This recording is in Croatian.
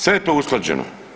Sve je to usklađeno.